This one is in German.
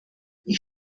ich